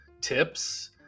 tips